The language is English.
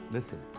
Listen